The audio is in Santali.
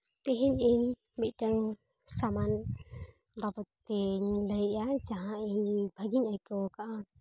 ᱛᱮᱦᱮᱧ ᱤᱧ ᱢᱤᱫᱴᱟᱝ ᱥᱟᱢᱟᱱ ᱵᱟᱵᱚᱫ ᱛᱤᱧ ᱞᱟᱹᱭᱮᱫᱼᱟ ᱡᱟᱦᱟᱸ ᱤᱧ ᱵᱷᱟᱹᱜᱤᱧ ᱟᱹᱭᱠᱟᱹᱣ ᱠᱟᱜᱼᱟ